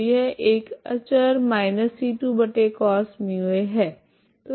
तो यह एक अचर −c2cosμa है